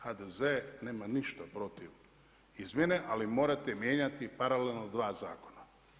HDZ nema ništa protiv izmjene ali morate mijenjati paralelno dva zakona.